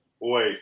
boy